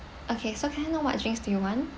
okay so can I know what drinks do you want